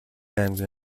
аймгийн